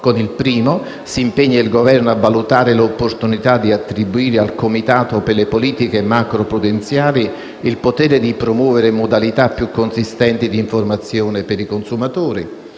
con il primo si impegno il Governo a valutare l'opportunità di attribuire al comitato per le politiche macroprudenziali il potere di promuovere modalità più consistenti di informazione per i consumatori.